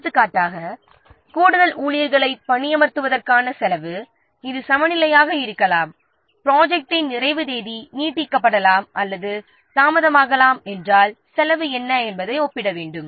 எடுத்துக்காட்டாக கூடுதல் ஊழியர்களை பணியமர்த்துவதற்கான செலவு இது சமநிலையாக இருக்கலாம் ப்ராஜெக்ட்டின் நிறைவு தேதி நீட்டிக்கப்படலாம் அல்லது தாமதமாகலாம் என்றால் செலவு என்ன என்பதை ஒப்பிட வேண்டும்